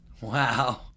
Wow